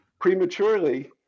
prematurely